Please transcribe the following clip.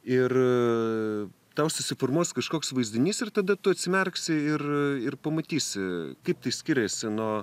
ir tau susiformuos kažkoks vaizdinys ir tada tu atsimerksi ir ir pamatysi kaip skiriasi nuo